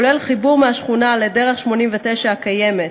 כולל חיבור מהשכונה לדרך 89 הקיימת,